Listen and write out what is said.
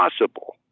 possible